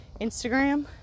Instagram